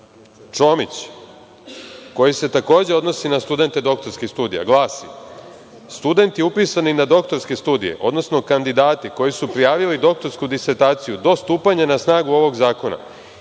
Čomić, koji se takođe odnosi na studente doktorskih studija, glasi: „Studenti upisani na doktorske studije, odnosno kandidati koji su prijavili doktorsku disertaciju do stupanja na snagu ovog zakona